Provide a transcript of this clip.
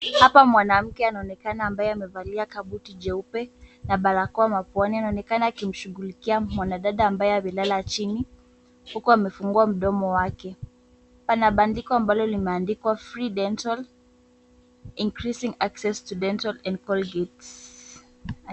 Hapa mwanamke anaonekana ambaye amevalia kabuti jeupe na barakoa mapuani. Anaonekana akimshughulikia mwanadada ambaye amelala chini huku amefungua mdomo wake. Pana bandiko ambalo limeandikwa free dental increasing access to dental and colgate .